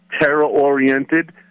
terror-oriented